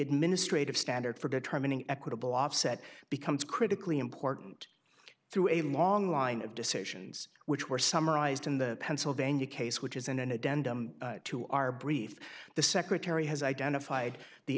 administrative standard for determining equitable offset becomes critically important through a long line of decisions which were summarized in the pennsylvania case which is in an addendum to our brief the secretary has identified the